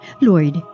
Lord